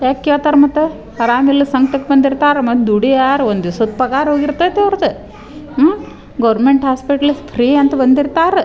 ಯಾಕೆ ಕೇಳ್ತಾರೆ ಮತ್ತೆ ಆರಾಮ ಇಲ್ಲದ ಸಂಕ್ಟಕ್ಕೆ ಬಂದಿರ್ತಾರೆ ಮತ್ತೆ ದುಡಿಯಾರು ಒಂದು ದಿವ್ಸದ ಪಗಾರ ಹೋಗಿರತೈತೆ ಅವ್ರದ್ದು ಗೌರ್ಮೆಂಟ್ ಹಾಸ್ಪೆಟ್ಲ್ ಫ್ರೀ ಅಂತ ಬಂದಿರ್ತಾರೆ